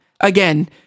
Again